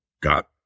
got